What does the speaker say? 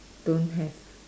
don't have